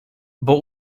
but